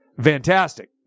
Fantastic